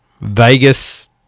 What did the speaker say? Vegas